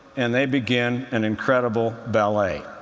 and they begin an incredible ballet.